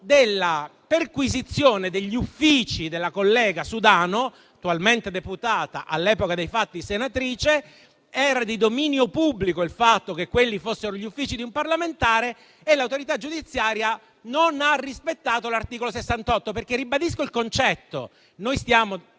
della perquisizione degli uffici della collega Sudano, attualmente deputata, all'epoca dei fatti senatrice. Era di dominio pubblico che quelli fossero gli uffici di un parlamentare e l'autorità giudiziaria, quindi, non ha rispettato l'articolo 68. Ribadisco il concetto. Noi stiamo